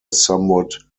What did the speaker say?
somewhat